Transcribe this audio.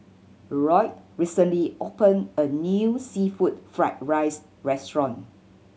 Loyd recently opened a new seafood fried rice restaurant